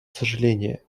сожаления